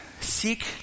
seek